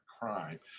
crime